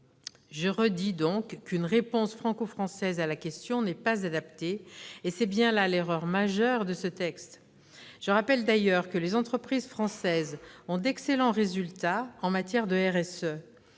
concurrentielle. Une réponse franco-française à la question posée n'est pas adaptée. C'est bien là l'erreur majeure du présent texte ! Je rappelle d'ailleurs que les entreprises françaises ont d'excellents résultats en matière de RSE,